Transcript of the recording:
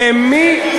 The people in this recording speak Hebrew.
זה כשל ניהולי,